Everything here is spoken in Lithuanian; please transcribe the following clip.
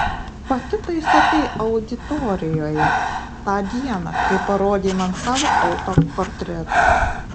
pati tai sakei auditorijoje tą dieną kai parodei man savo autoportretą